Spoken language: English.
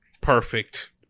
Perfect